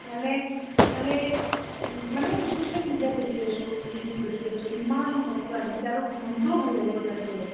মানে মানে মানে ছ'চিয়েল মিডিয়াত দেখি আছোঁ টিভিত দেখি আছোঁ ইমান ভক্ত আহিছে আৰু মনটোও ভাল লাগিব তাত গ'লে